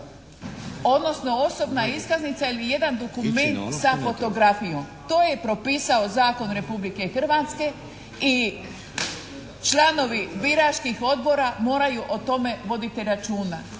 odnosno osobna iskaznica ili jedan dokument sa fotografijom. To je propisao zakon Republike Hrvatske i članovi biračkih odbora moraju o tome voditi računa.